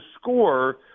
score